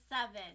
seven